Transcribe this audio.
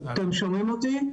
אתם שומעים אותי?